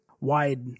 wide